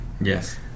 yes